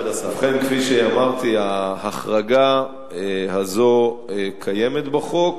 ובכן, כפי שאמרתי, ההחרגה הזאת קיימת בחוק,